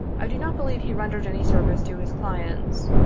i do not believe he rendered any service to his clients,